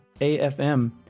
AFM